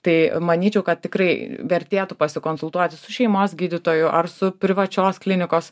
tai manyčiau kad tikrai vertėtų pasikonsultuoti su šeimos gydytoju ar su privačios klinikos